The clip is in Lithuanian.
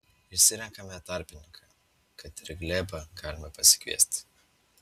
išsirenkame tarpininką kad ir glėbą galime pasikviesti